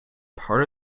part